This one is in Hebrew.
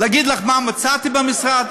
להגיד לך מה מצאתי במשרד?